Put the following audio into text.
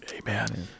Amen